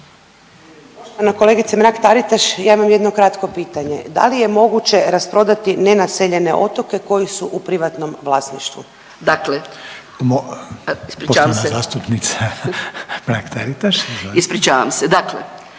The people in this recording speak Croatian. kolegice Mrak-Taritaš ja imam jedno kratko pitanje. Da li je moguće rasprodati nenaseljene otoke koje su u privatnom vlasništvu? **Mrak-Taritaš,